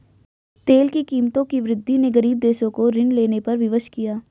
तेल की कीमतों की वृद्धि ने गरीब देशों को ऋण लेने पर विवश किया